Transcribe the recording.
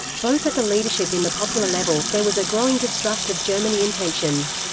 both at the leadership in the popular level, there was a growing distrust of germany intentions.